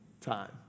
time